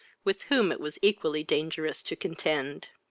with whom it was equally dangerous to contend.